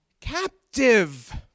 captive